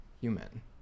human